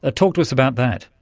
ah talk to us about that.